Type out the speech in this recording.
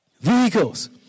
vehicles